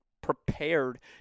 prepared